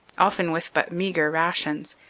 often with but meagre rations,